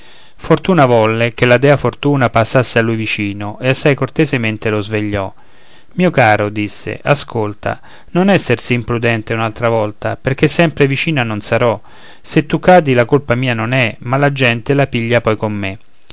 fortuna volle che la dea fortuna passasse a lui vicino e assai cortesemente lo svegliò mio caro disse ascolta non esser sì imprudente un'altra volta perché sempre vicina non sarò se tu cadi la colpa mia non è ma la gente la piglia poi con me